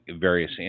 various